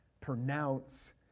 pronounce